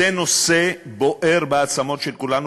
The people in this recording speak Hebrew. זה נושא בוער בעצמות של כולנו,